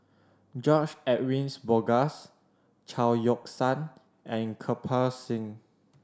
George Edwin Bogaars Chao Yoke San and Kirpal Singh